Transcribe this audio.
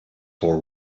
for